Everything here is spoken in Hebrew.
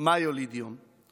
מה יילד יום.